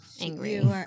angry